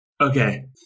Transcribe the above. Okay